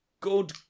good